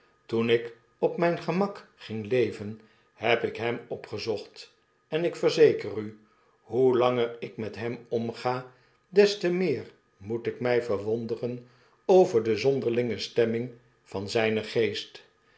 toen ik op mijn gemak ging leven heb ik hem opgezocht en ik verzeker u hoe langer ikmet hem omga des te meer moet ik mij verwonderen over de zonderlinge stemming van zynen geest